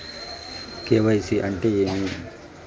KYC అంటే ఏమి?